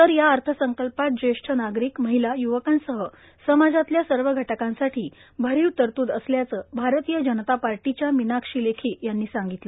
तर या अर्थ संकल्पात ज्येष्ठ नागरिक महिला य्वकांसह समाजातल्या सर्व घटकांसाठी भरीव तरतू असल्याचं भारतीय जनता पार्टीच्या मीनाक्षी लेखी यांनी सांगितलं